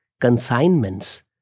consignments